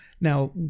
Now